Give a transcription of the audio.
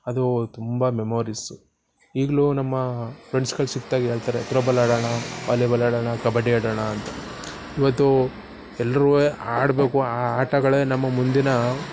ಅದು ತುಂಬ ಮೆಮೋರಿಸು ಈಗಲೂ ನಮ್ಮ ಫ್ರೆಂಡ್ಸ್ಗಳು ಸಿಕ್ಕಿದಾಗ ಹೇಳ್ತಾರೆ ತ್ರೋ ಬಾಲ್ ಆಡೋಣ ವಾಲಿ ಬಾಲ್ ಆಡೋಣ ಕಬಡ್ಡಿ ಆಡೋಣ ಅಂತ ಈವತ್ತು ಎಲ್ರೂ ಆಡಬೇಕು ಆ ಆಟಗಳೇ ನಮ್ಮ ಮುಂದಿನ